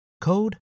code